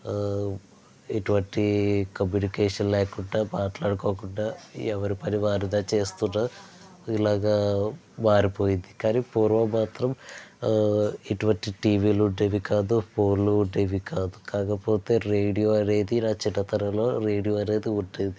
ఆ ఎటువంటి కమ్యూనికేషన్ లేకుండా మాట్లాడుకోకుండా ఎవరి పని వారుగా చేస్తు ఇలాగా మారిపోయింది కానీ పూర్వం మాత్రం ఆ ఎటువంటి టివీలు ఉండేవి కాదు ఫోనులు ఉండేవి కాదు కాకపోతే రేడియో అనేది నా చిన్నతనంలో రేడియో అనేది ఉండేది